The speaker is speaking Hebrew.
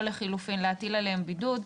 או לחילופין להטיל עליהם בידוד,